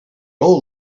all